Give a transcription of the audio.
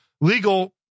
legal